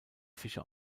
fische